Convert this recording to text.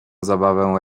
zabawę